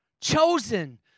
chosen